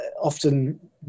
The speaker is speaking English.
often